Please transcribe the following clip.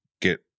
get